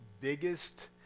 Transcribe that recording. biggest